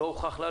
לא הוכח לנו.